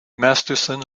masterson